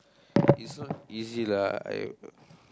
is not easy lah I have